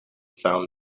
found